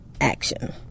action